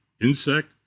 insect